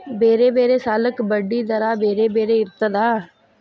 ಬೇರೆ ಬೇರೆ ಸಾಲಕ್ಕ ಬಡ್ಡಿ ದರಾ ಬೇರೆ ಬೇರೆ ಇರ್ತದಾ?